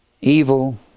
evil